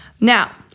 Now